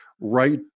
Right